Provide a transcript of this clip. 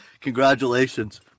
Congratulations